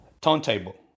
turntable